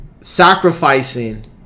sacrificing